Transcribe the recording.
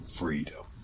freedom